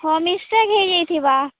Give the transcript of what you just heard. ହଁ ମିଷ୍ଟେକ୍ ହେଇଯାଇଥିବା